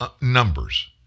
numbers